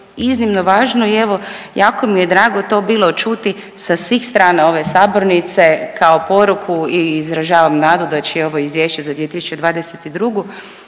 iznimno važno i evo jako mi je drago to bilo čuti sa svih strana ove sabornice kao poruku i izražavam nadu da će i ovo Izvješće za 2022.